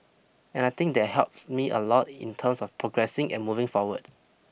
and I think that helps me a lot in terms of progressing and moving forward